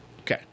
Okay